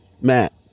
Matt